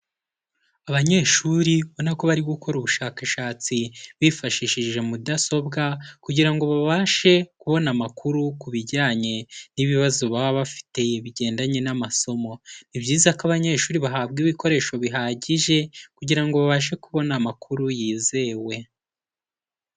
Abanyeshuri ubona ko bari gukora ubushakashatsi bifashishije mudasobwa kugira ngo babashe kubona amakuru ku bijyanye n'ibibazo baba bafite bigendanye n'amasomo, ni byiza ko abanyeshuri bahabwa ibikoresho bihagije kugira ngo babashe kubona amakuru yizewe.